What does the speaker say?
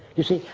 you see,